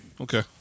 Okay